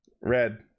Red